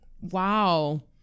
Wow